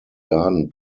garden